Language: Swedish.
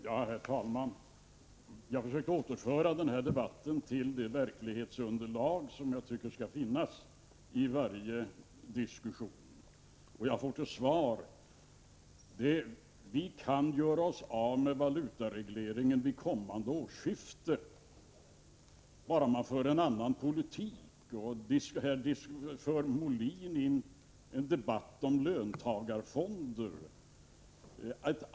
Herr talman! Jag försökte återföra den här debatten till det verklighetsunderlag som jag tycker skall finnas i varje diskussion. Jag får till svar att vi kan göra oss av med valutaregleringen vid kommande årsskifte, bara man för en annan politik. Här för herr Molin in en debatt om löntagarfonder.